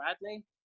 bradley